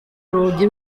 urugi